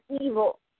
evil